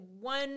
one